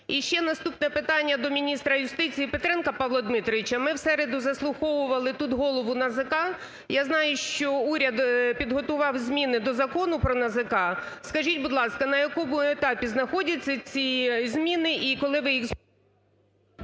І ще наступне питання до міністра юстиції Петренка Павла Дмитровича. Ми в середу заслуховували тут голову НАЗК, я знаю, що уряд підготував зміни до Закону про НАЗК. Скажіть, будь ласка, на якому етапі знаходяться ці зміни і коли ви їх…